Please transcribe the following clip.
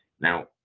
Now